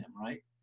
right